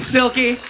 Silky